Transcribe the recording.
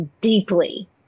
deeply